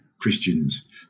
Christians